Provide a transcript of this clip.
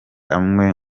amwe